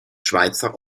schweizer